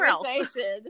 conversation